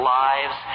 lives